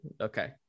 Okay